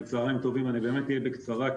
כפי שאנחנו יודעים,